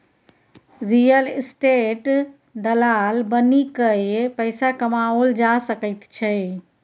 real estate दलाल बनिकए पैसा कमाओल जा सकैत छै